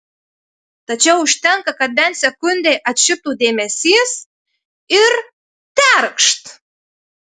tačiau užtenka kad bent sekundei atšiptų dėmesys ir terkšt